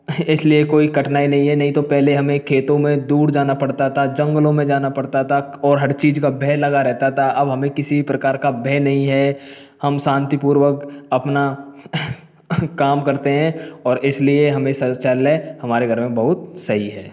इसलिए कोई कठिनाई नहीं है नही तो पहले हमें खेतों में दूर जाना पड़ता था जंगलों में जाना पड़ता था और हर चीज का भय लगा रहता था अब हमें किसी प्रकार का भय नही है हम शांतिपूर्वक अपना काम करते हैं और इसलिए हमें शौचालय हमारे घर में बहुत सही है